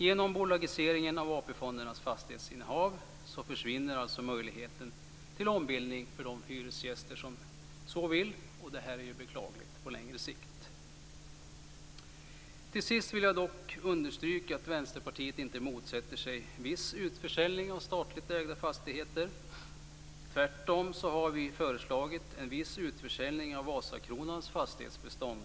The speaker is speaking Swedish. Genom bolagiseringen av AP-fondernas fastighetsinnehav försvinner alltså möjligheten till ombildning för de hyresgäster som så vill. Det är ju beklagligt på längre sikt. Till sist vill jag dock understryka att Vänsterpartiet inte motsätter sig viss utförsäljning av statligt ägda fastigheter. Tvärtom har vi föreslagit en viss utförsäljning av Vasakronans fastighetsbestånd